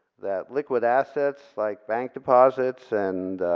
that liquid assets like bank deposits and